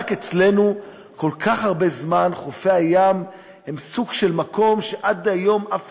רק אצלנו כל כך הרבה זמן חופי הים הם סוג של מקום שעד היום אף